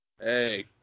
Hey